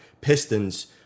pistons